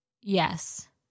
yes